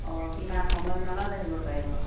অঁ কিমান সময় মানত আহিব পাৰিব